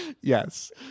Yes